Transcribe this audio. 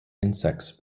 insects